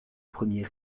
premier